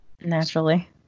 Naturally